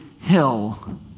hill